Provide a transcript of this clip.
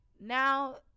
now